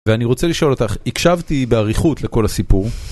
ואני רוצה לשאול אותך, הקשבתי באריכות לכל הסיפור?